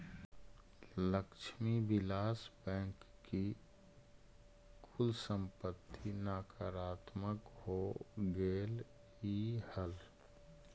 Lakshmi Vilas bank की कुल संपत्ति नकारात्मक हो गेलइ हल